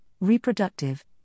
reproductive